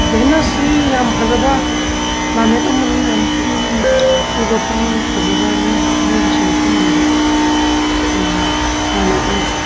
ꯚꯦꯅꯁꯁꯤ ꯌꯥꯝ ꯐꯖꯕ ꯄ꯭ꯂꯥꯅꯦꯠ ꯑꯃꯅꯤ ꯌꯥꯝ ꯄꯨꯛꯅꯤꯡ ꯍꯨꯕ ꯄꯨꯛꯅꯤꯡ ꯐꯖꯕ ꯃꯤꯒꯤ ꯊꯝꯃꯣꯏꯕꯨ ꯁꯨꯝꯍꯠꯄ ꯉꯝꯕ ꯄ꯭ꯂꯥꯅꯦꯠꯅꯤ